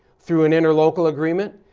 through an interlocal agreement,